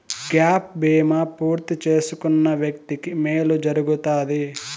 gap బీమా పూర్తి చేసుకున్న వ్యక్తికి మేలు జరుగుతాది